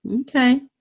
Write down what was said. Okay